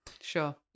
Sure